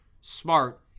smart